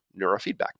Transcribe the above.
neurofeedback